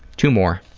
two more.